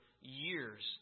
years